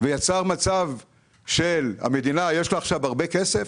ויצר מצב שעכשיו למדינה יש הרבה כסף